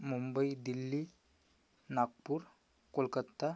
Mumbai Delhi Nagpur Kolkata